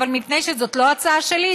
אבל מפני שזאת לא הצעה שלי,